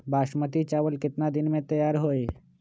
बासमती चावल केतना दिन में तयार होई?